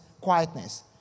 quietness